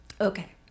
Okay